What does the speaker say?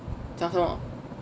讲什么